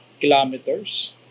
kilometers